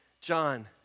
John